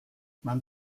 man